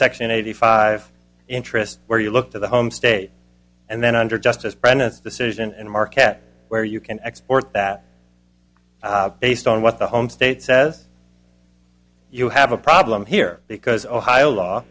section eighty five interest where you look to the home state and then under justice president's decision and market where you can export that based on what the home state says you have a problem here because ohio law